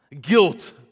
guilt